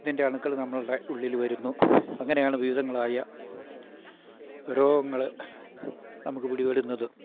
ഇതിൻ്റെ അണുക്കൾ നമ്മളുടെ ഉള്ളിൽ വരുന്നു അങ്ങനെയാണ് വിവിധങ്ങളായ രോഗങ്ങൾ നമുക്ക് പിടി പെടുന്നത്